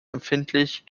empfindlich